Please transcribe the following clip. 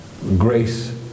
grace